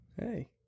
Hey